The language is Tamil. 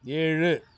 ஏழு